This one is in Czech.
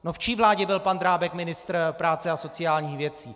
No v čí vládě byl pan Drábek ministr práce a sociálních věcí?